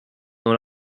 dans